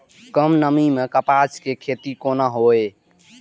कम नमी मैं कपास के खेती कोना हुऐ?